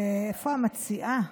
איפה המציעה?